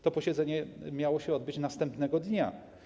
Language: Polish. To posiedzenie miało się odbyć następnego dnia.